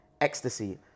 ecstasy